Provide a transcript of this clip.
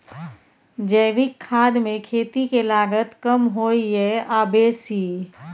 जैविक खाद मे खेती के लागत कम होय ये आ बेसी?